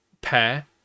pair